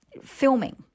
filming